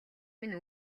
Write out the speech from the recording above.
минь